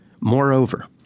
Moreover